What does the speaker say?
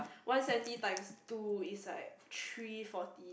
one seventy times two is like three forty